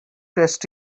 test